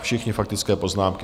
Všichni faktické poznámky.